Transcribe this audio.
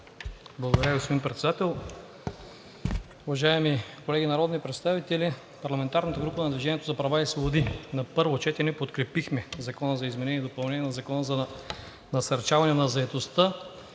Благодаря, господин Председател. Уважаеми колеги народни представители! От парламентарната група на „Движение за права и свободи“ на първо четене подкрепихме Законопроекта за изменение и допълнение на Закона за насърчаване на заетостта,